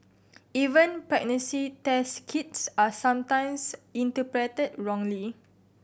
even pregnancy test kits are sometimes interpreted wrongly